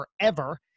forever